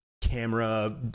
camera